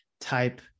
type